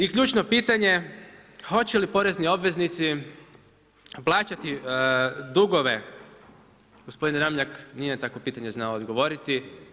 I ključno pitanje, hoće li porezni obveznici plaćati dugove gospodin Ramljak, nije takvo pitanje znao odgovoriti.